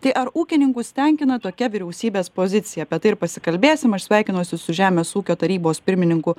tai ar ūkininkus tenkina tokia vyriausybės pozicija apie tai ir pasikalbėsim aš sveikinuosi su žemės ūkio tarybos pirmininku